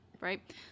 right